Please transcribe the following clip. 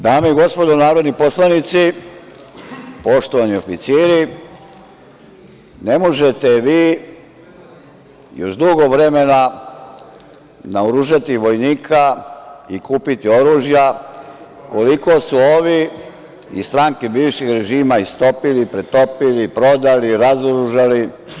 Dame i gospodo narodni poslanici, poštovani oficiri, ne možete vi još dugo vremena naoružati vojnika i kupiti oružja koliko su ovi iz stranke bivšeg režima istopili, pretopili, prodali, razoružali.